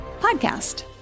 podcast